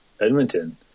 Edmonton